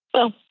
well,